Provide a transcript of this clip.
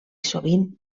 sovint